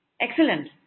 Excellent